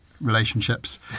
relationships